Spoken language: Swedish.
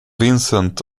vincent